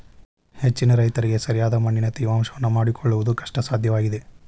ಹೆಚ್ಚಿನ ರೈತರಿಗೆ ಸರಿಯಾದ ಮಣ್ಣಿನ ತೇವಾಂಶವನ್ನು ಮಾಡಿಕೊಳ್ಳವುದು ಕಷ್ಟಸಾಧ್ಯವಾಗಿದೆ